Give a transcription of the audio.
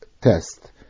test